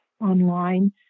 Online